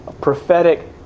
prophetic